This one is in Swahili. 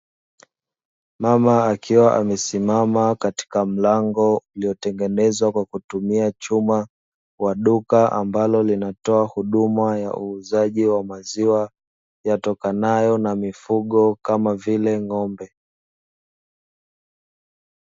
Mama akiwa amesimama katika mlango ulitengenezwa kwa kutumia chuma, wa duka ambalo linatoa huduma ya uuzaji wa maziwa yatokanayo na mifugo kama vile ng'ombe.